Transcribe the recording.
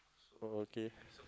oh okay